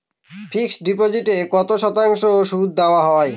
Fixed ডিপোজিটে কত শতাংশ সুদ দেওয়া হয়?